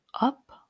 up